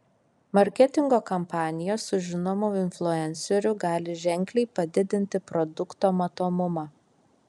marketingo kampanija su žinomu influenceriu gali ženkliai padidinti produkto matomumą